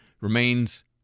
remains